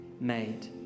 made